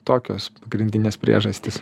tokios pagrindinės priežastys